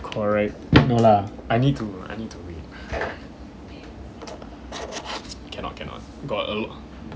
correct no lah I need to I need to cannot cannot got a lot